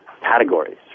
categories